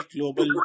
global